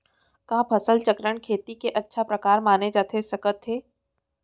का फसल चक्रण, खेती के अच्छा प्रकार माने जाथे सकत हे?